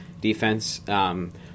defense